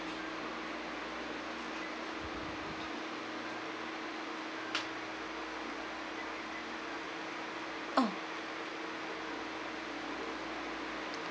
orh